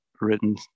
written